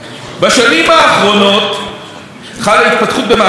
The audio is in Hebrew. בשנים האחרונות חלה התפתחות במערך התשלומים